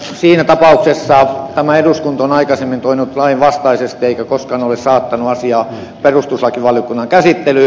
siinä tapauksessa tämä eduskunta on aikaisemmin toiminut lainvastaisesti eikä koskaan ole saattanut asiaa perustuslakivaliokunnan käsittelyyn